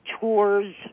tours